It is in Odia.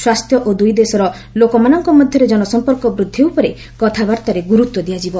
ସ୍ୱାସ୍ଥ୍ୟ ଓ ଦୂଇ ଦେଶର ଲୋକମାନଙ୍କ ମଧ୍ୟରେ ଜନ ସମ୍ପର୍କ ବୃଦ୍ଧି ଉପରେ କଥାବାଉାରେ ଗୁର୍ତ୍ୱ ଦିଆଯିବ